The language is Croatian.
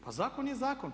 Pa zakon je zakon.